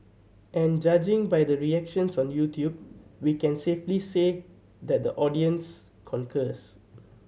and judging by the reactions on YouTube we can safely say that the audience concurs